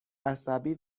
عصبی